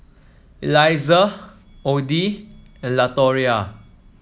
Eliza Oddie and Latoria